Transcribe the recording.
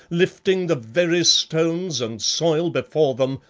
lifting the very stones and soil before them,